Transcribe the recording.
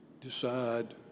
decide